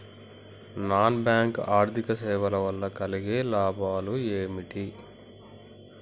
Non bank ఆర్థిక సేవల వల్ల కలిగే లాభాలు ఏమిటి?